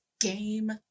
Game